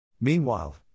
Meanwhile